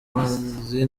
amazi